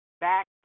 back